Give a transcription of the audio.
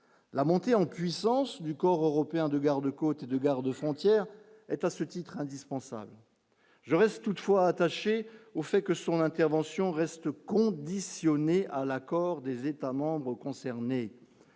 la montée en puissance du corps européen de gardes-côtes de garde-frontières est à ce titre, indispensable, je reste toutefois attaché au fait que son intervention reste conditionné à l'accord des États membres concernés